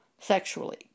sexually